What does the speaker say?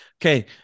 Okay